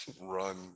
run